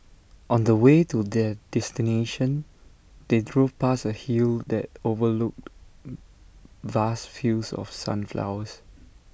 on the way to their destination they drove past A hill that overlooked vast fields of sunflowers